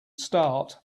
start